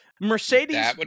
Mercedes